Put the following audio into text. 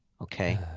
Okay